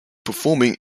performing